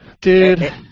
dude